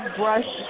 brush